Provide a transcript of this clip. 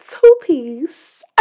two-piece